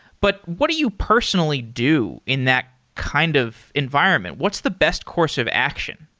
but what do you personally do in that kind of environment? what's the best course of action?